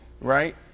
Right